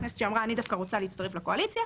כנסת שאמרה שהיא רוצה להצטרף לקואליציה.